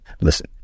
listen